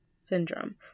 syndrome